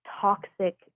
toxic